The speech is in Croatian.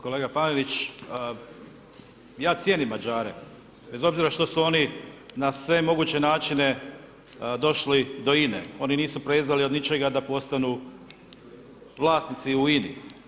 Kolega Panenić, ja cijenim Mađare bez obzira što su oni na sve moguće načine došli do INA-e, oni nisu prezali od ničega da postanu vlasnici u INA-i.